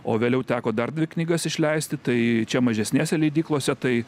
o vėliau teko dar dvi knygas išleisti tai čia mažesnėse leidyklose tai